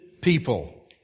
people